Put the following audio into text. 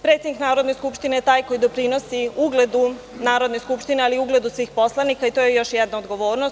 Predsednik Narodne skupštine je taj koji doprinosi ugledu Narodne skupštine, ali i ugledu svih narodnih poslanika i to je još jedna odgovornost.